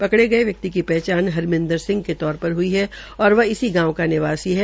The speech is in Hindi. पकड़े गये व्यक्ति की पहचान हरमिन्दर सिह के तौर पर हई है और वह इसी गांव का निवासी है